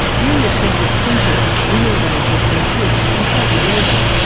during the twentieth century real wages increased, and so did leisure.